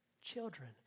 children